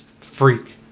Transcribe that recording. freak